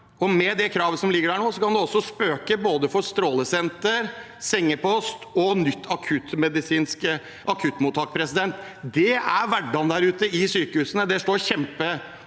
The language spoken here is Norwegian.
Med det kravet som ligger der nå, kan det også spøke for både strålesenter, sengepost og nytt akuttmedisinsk akuttmottak. Det er hverdagen der ute i sykehusene. Det står kjempetøft til